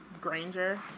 Granger